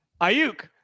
Ayuk